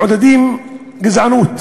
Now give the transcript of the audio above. מעודדים גזענות,